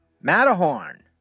Matterhorn